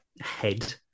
head